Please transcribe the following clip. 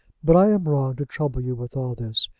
but i am wrong to trouble you with all this.